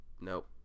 Nope